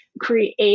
create